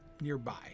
nearby